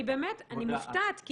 אני מופתעת.